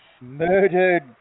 murdered